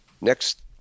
next